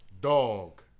Dog